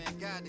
God